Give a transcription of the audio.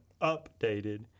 updated